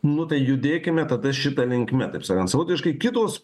nu tai judėkime tada šita linkme taip sakant kitos